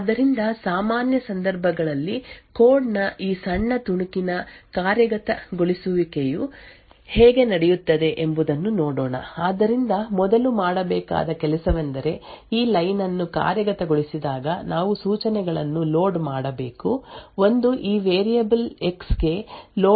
ಆದ್ದರಿಂದ ಸಾಮಾನ್ಯ ಸಂದರ್ಭಗಳಲ್ಲಿ ಕೋಡ್ ನ ಈ ಸಣ್ಣ ತುಣುಕಿನ ಕಾರ್ಯಗತಗೊಳಿಸುವಿಕೆಯು ಹೇಗೆ ನಡೆಯುತ್ತದೆ ಎಂಬುದನ್ನು ನೋಡೋಣ ಆದ್ದರಿಂದ ಮೊದಲು ಮಾಡಬೇಕಾದ ಕೆಲಸವೆಂದರೆ ಈ ಲೈನ್ ಅನ್ನು ಕಾರ್ಯಗತಗೊಳಿಸಿದಾಗ ನಾವು ಸೂಚನೆಗಳನ್ನು ಲೋಡ್ ಮಾಡಬೇಕು ಒಂದು ಈ ವೇರಿಯೇಬಲ್ ಎಕ್ಸ್ ಗೆ ಲೋಡ್ ಮತ್ತು ಈ ವೇರಿಯಬಲ್ ನ ಲೋಡ್